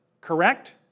Correct